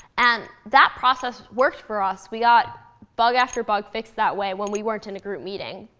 and that process worked for us. we got bug after bug fixed that way when we weren't in a group meeting.